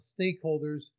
stakeholders